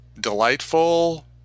delightful